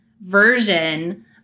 version